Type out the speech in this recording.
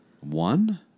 one